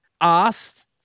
asked